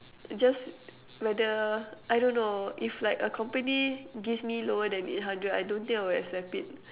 just whether I don't know if like a company gives me lower then eight hundred I don't think I would accept it